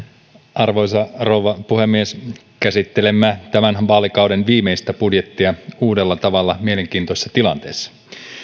arvoisa rouva puhemies käsittelemme tämän vaalikauden viimeistä budjettia uudella tavalla mielenkiintoisessa tilanteessa